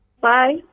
Bye